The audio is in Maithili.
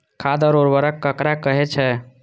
खाद और उर्वरक ककरा कहे छः?